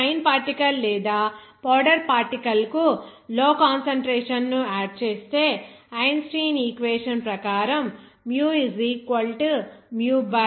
అక్కడ ఆ fine particle లేదా పౌడర్ పార్టికల్ కు లో కాన్సంట్రేషన్ ను ఆడ్ చేస్తే ఐన్స్టీన్ ఈక్వేషన్ ప్రకారం l 1 2